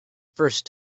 first